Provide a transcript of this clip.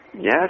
Yes